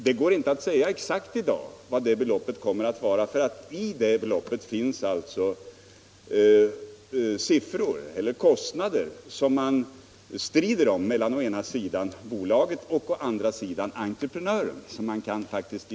Det går inte att i dag säga exakt vad beloppet kommer att bli, för i detta belopp finns kostnader som man strider om mellan bolaget och entreprenören.